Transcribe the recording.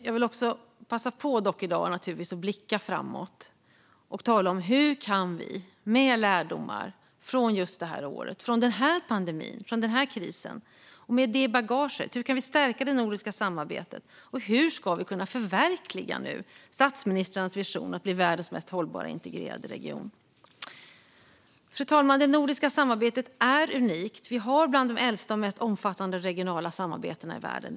Jag vill dock passa på att i dag blicka framåt och tala om hur vi, med lärdomar från det här året, den här pandemin och den här krisen i bagaget, kan stärka det nordiska samarbetet och hur vi ska kunna förverkliga statsministrarnas vision att bli världens mest hållbara integrerade region. Fru talman! Det nordiska samarbetet är unikt. Vi har ett av de äldsta och mest omfattande regionala samarbetena i världen.